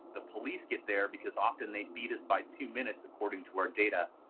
the police get there, because often they beat us by two minutes according to our data.